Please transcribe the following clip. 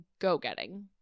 go-getting